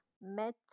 met